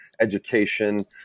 education